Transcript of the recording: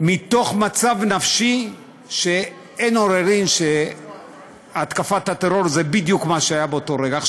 מתוך מצב נפשי שאין עוררין שהתקפת הטרור זה בדיוק מה שהיה באותו רגע.